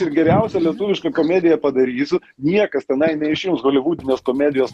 ir geriausią lietuvišką komediją padarysiu niekas tenai neišims holivudinės komedijos